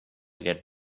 get